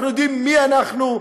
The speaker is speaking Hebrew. אנחנו יודעים מי אנחנו,